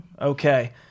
Okay